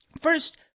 First